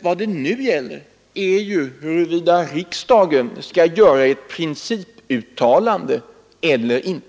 Vad det nu gäller är huruvida riksdagen skall göra ett principuttalan de eller inte.